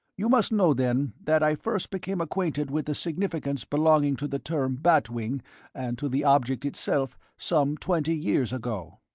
you must know then that i first became acquainted with the significance belonging to the term bat wing and to the object itself some twenty years ago.